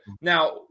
Now